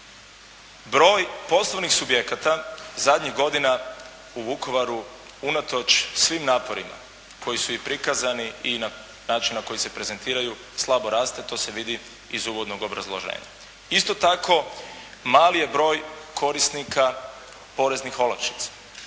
Broj poslovnih subjekata zadnjih godina u Vukovaru unatoč svim naporima koji su i prikazani i na način na koji se prezentiraju slabo raste, to se vidi iz uvodnog obrazloženja. Isto tako mali je broj korisnika poreznih olakšica.